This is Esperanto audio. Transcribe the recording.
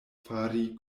fari